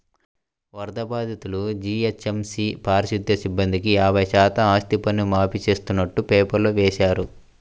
వరద బాధితులు, జీహెచ్ఎంసీ పారిశుధ్య సిబ్బందికి యాభై శాతం ఆస్తిపన్ను మాఫీ చేస్తున్నట్టు పేపర్లో వేశారు